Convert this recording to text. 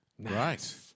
Right